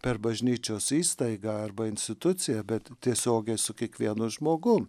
per bažnyčios įstaigą arba instituciją bet tiesiogiai su kiekvienu žmogum